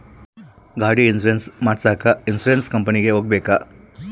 ಗಾಡಿ ಇನ್ಸುರೆನ್ಸ್ ಮಾಡಸಾಕ ಇನ್ಸುರೆನ್ಸ್ ಕಂಪನಿಗೆ ಹೋಗಬೇಕಾ?